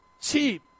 cheap